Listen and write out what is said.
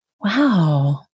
wow